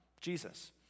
Jesus